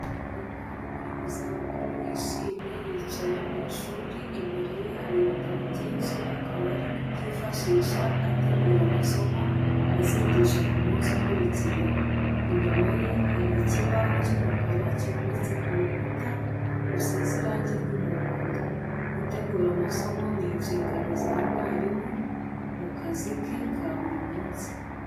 Umwarimu uri mu zabukuru wishimye yicaye mu ishuri, imbere ye hari ibitabo byinshi akaba ari kubyifashisha ategura amasomo azigisha ku munsi ukurikiyeho. Inyuma ye hari ikibaho cy'umukara cyometse ku rukuta rusize irangi ry'umuhondo. Gutegura amasomo ni inshingano za mwarimu mu kazi ke ka buri munsi.